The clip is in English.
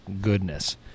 goodness